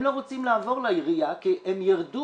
הם לא רוצים לעבור לעירייה כי הם ירדו